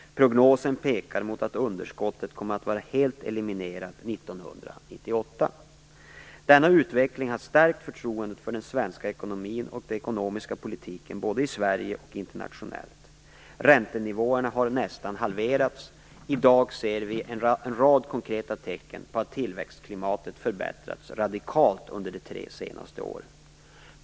Prognosen pekar mot att underskottet kommer att vara helt eliminerat 1998. Denna utveckling har stärkt förtroendet för den svenska ekonomin och den ekonomiska politiken både i Sverige och internationellt. Räntenivåerna har nästan halverats. I dag ser vi en rad konkreta tecken på att tillväxtklimatet förbättrats radikalt under de tre senaste åren.